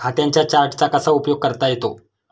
खात्यांच्या चार्टचा कसा उपयोग करता येतो?